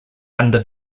under